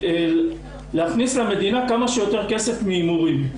זה להכניס למדינה כמה שיותר כסף מהימורים,